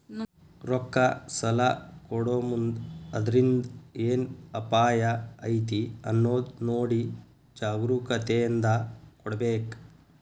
ರೊಕ್ಕಾ ಸಲಾ ಕೊಡೊಮುಂದ್ ಅದ್ರಿಂದ್ ಏನ್ ಅಪಾಯಾ ಐತಿ ಅನ್ನೊದ್ ನೊಡಿ ಜಾಗ್ರೂಕತೇಂದಾ ಕೊಡ್ಬೇಕ್